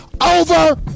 over